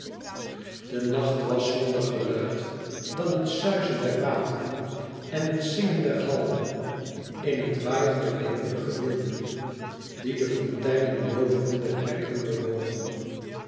de nacht was zonder geluid dan het suizen der wateren en het zingen der halmen in het waaien der weemoedige winden die de fonteinenlooveren der berken bewogen